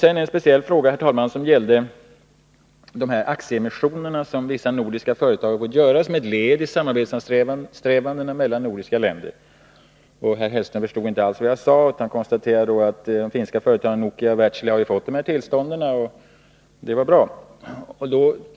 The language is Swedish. En speciell fråga som jag tog upp gällde de aktieemissioner som vissa nordiska företag har fått göra som ett led i samarbetssträvandena mellan de nordiska länderna. Herr Hellström förstod inte alls vad jag sade, utan konstaterade att de finska företagen Nokia och Wärtsilä har fått dessa tillstånd och att det var bra.